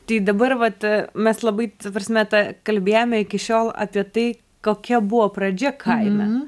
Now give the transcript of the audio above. tai dabar vat mes labai ta prasme ta kalbėjome iki šiol apie tai kokia buvo pradžia kaime